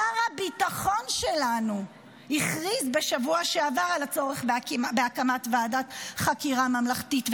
שר הביטחון שלנו הכריז בשבוע שעבר על הצורך בהקמת ועדת חקירה ממלכתית,